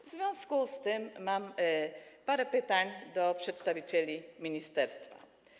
W związku z tym mam parę pytań do przedstawicieli ministerstwa.